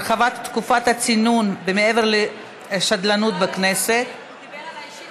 הרחבת תקופת הצינון במעבר לשדלנות בכנסת) הוא דיבר עליי אישית,